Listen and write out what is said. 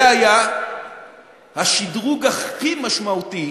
זה היה השדרוג הכי משמעותי